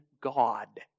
God